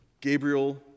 Gabriel